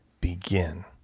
begin